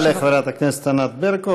תודה לחברת הכנסת ענת ברקו.